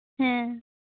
ᱦᱮᱸ